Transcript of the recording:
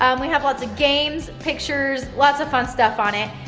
um we have lots of games, pictures, lots of fun stuff on it,